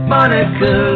Monica